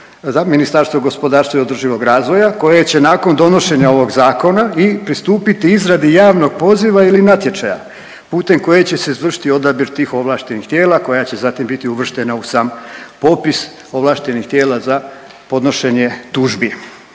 Ministarstvo gospodarstva i održivog razvoja koje će nakon donošenja ovog zakona i pristupiti izradi javnog poziva ili natječaja putem koje će se izvršiti odabir tih ovlaštenih tijela koja će zatim biti uvrštena u sam popis ovlaštenih tijela za podnošenje tužbi.